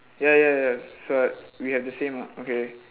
ya ya ya sorry we have the same okay